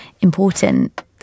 important